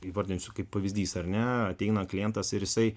įvardinsiu kaip pavyzdys ar ne ateina klientas ir jisai